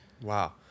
Wow